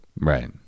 Right